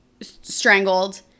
strangled